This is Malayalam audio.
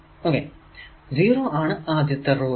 0 ആണ് ആദ്യ റോ യിൽ